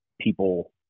people